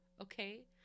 okay